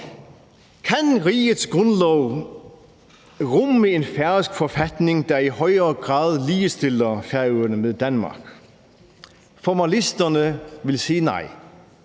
Kan rigets grundlov rumme en færøsk forfatning, der i højere grad ligestiller Færøerne med Danmark? Formalisterne ville sige nej,